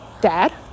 dad